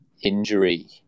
injury